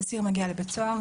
אסיר מגיע לבית סוהר,